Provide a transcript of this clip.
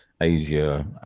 Asia